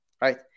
right